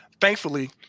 thankfully